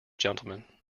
gentlemen